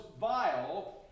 vile